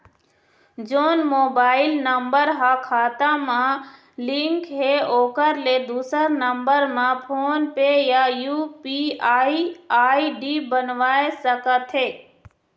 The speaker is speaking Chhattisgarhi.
जोन मोबाइल नम्बर हा खाता मा लिन्क हे ओकर ले दुसर नंबर मा फोन पे या यू.पी.आई आई.डी बनवाए सका थे?